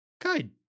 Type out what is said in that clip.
Good